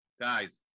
Guys